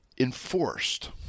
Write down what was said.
enforced